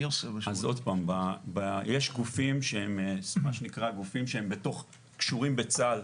מי עושה --- יש גופים שהם קשורים בצה"ל